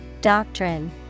Doctrine